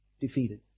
defeated